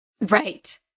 Right